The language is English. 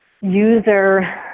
user